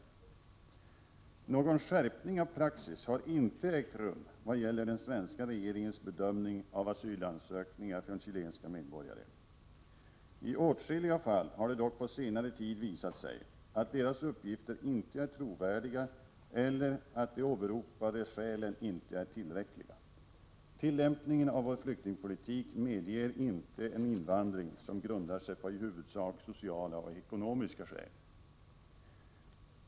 Någon skärpning av praxis har inte ägt rum vad gäller den svenska regeringens bedömning av asylansökningar från chilenska medborgare. I åtskilliga fall har det dock på senare tid visat sig att deras uppgifter inte är trovärdiga eller att de åberopade skälen inte är tillräckliga. Tillämpningen av vår flyktingpolitik medger inte en invandring som grundar sig på i huvudsak sociala och ekonomiska skäl.